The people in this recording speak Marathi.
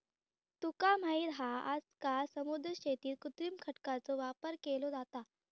तुका माहित हा आजकाल समुद्री शेतीत कृत्रिम खडकांचो वापर केलो जाता